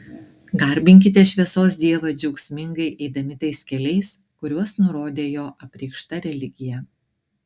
garbinkite šviesos dievą džiaugsmingai eidami tais keliais kuriuos nurodė jo apreikšta religija